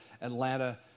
Atlanta